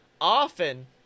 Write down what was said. often